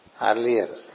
earlier